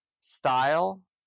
style